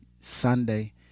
Sunday